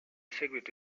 seguito